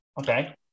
Okay